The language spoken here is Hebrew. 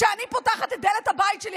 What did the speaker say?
כשאני פותחת את דלת הבית שלי,